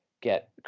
get